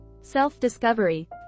self-discovery